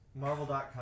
Marvel.com